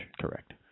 Correct